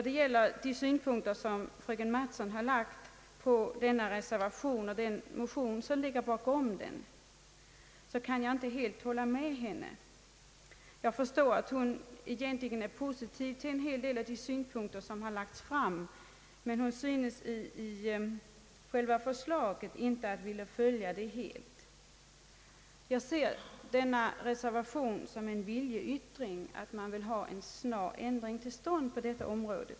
Vad gäller de synpunkter som fröken Mattson har lagt på denna reservation och den motion som ligger bakom reservationen kan jag inte helt hålla med henne. Jag förstår att hon egentligen är positiv till en hel del av de synpunkter som lagts fram, men hon synes inte helt vilja följa förslaget. Jag ser denna reservation som en viljeyttring: att man vill ha en snar ändring till stånd på detta område.